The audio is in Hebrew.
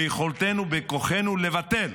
ביכולתנו, בכוחנו, לבטל.